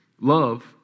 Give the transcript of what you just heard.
Love